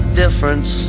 difference